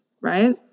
right